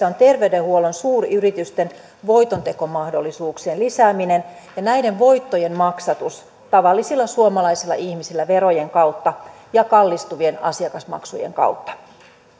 on terveydenhuollon suuryritysten voitontekomahdollisuuksien lisääminen ja näiden voittojen maksatus tavallisilla suomalaisilla ihmisillä verojen kautta ja kallistuvien asiakasmaksujen kautta